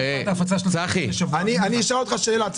צחי, אני אשאל אותך שאלה.